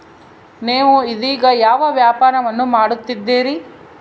ನೇವು ಇದೇಗ ಯಾವ ವ್ಯಾಪಾರವನ್ನು ಮಾಡುತ್ತಿದ್ದೇರಿ?